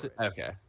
okay